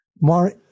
more